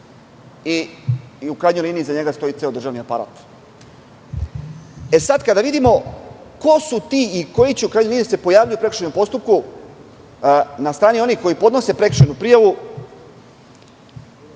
i, u krajnjoj liniji, iza njega stoji ceo državni aparat. Sada kada vidimo ko su ti i koji će, u krajnjoj liniji, da se pojavljuju prekršajnom postupku na strani onih koji podnose prekršajnu prijavu,